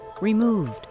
removed